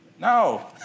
No